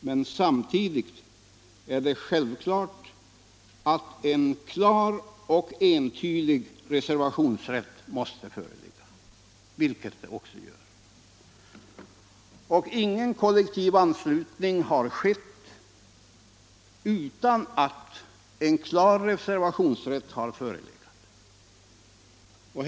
Men samtidigt är det självklart att en klar och entydig reservationsrätt måste föreligga, vilket det också gör. Ingen kollektiv anslutning har skett utan att en klar reservationsrätt har förelegat.